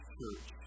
Church